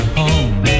home